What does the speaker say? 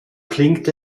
klingt